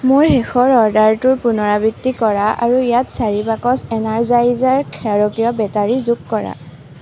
মোৰ শেষৰ অৰ্ডাৰটোৰ পুনৰাবৃত্তি কৰা আৰু ইয়াত চাৰি বাকচ এনাৰজাইজাৰৰ ক্ষাৰকীয় বেটাৰী যোগ কৰা